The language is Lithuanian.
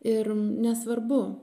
ir nesvarbu